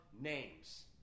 names